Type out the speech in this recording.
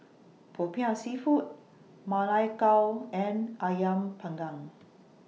Popiah Seafood Ma Lai Gao and Ayam Panggang